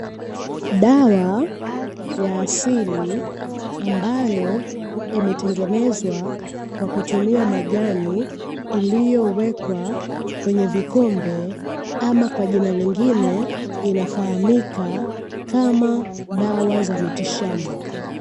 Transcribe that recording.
Dawa ya asili ambayo imetengenezwa kwa kutumia majani iliyowekwa kwenye vikombe, ama kwa jina lingine inafahamika kama dawa za mitishamba.